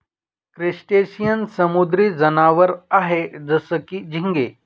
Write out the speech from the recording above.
crustacean समुद्री जनावर आहे जसं की, झिंगे